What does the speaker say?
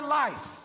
life